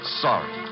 sorry